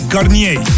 Garnier